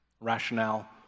rationale